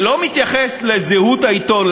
שלא מתייחס לזהות העיתון,